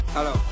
Hello